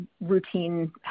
routine